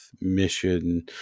mission